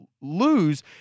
lose